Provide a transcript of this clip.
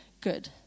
good